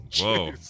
Whoa